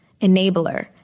enabler